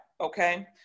okay